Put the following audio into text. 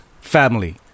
family